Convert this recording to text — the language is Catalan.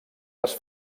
les